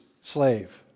slave